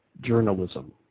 journalism